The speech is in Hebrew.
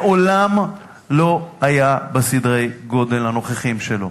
מעולם לא היה בסדרי הגודל הנוכחיים שלו,